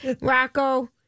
Rocco